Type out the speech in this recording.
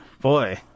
Boy